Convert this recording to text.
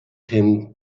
him